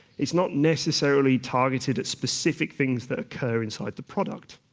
it's not necessarily targeted at specific things that occur inside the product.